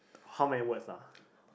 how many words lah